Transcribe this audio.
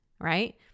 right